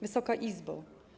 Wysoka Izbo!